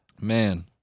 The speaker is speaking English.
Man